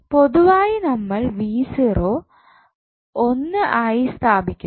പൊതുവായി നമ്മൾ 1 ആയി സ്ഥാപിക്കുന്നു